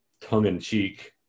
tongue-in-cheek